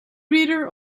reader